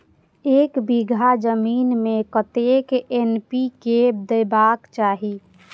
एक बिघा जमीन में कतेक एन.पी.के देबाक चाही?